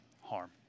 harm